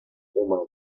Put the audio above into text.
humana